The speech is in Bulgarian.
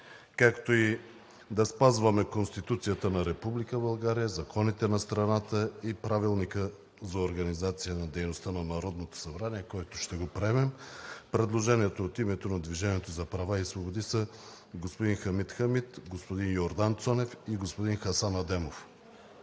както и да спазваме Конституцията на Република България, законите на страната и Правилника за организацията и дейността на Народното събрание, който ще приемем. Предложението от името на „Движението за права и свободи“ е господин Хамид Хамид, господин Йордан Цонев и господин Хасан Адемов.